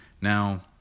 Now